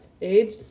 AIDS